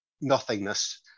nothingness